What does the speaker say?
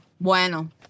Bueno